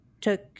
took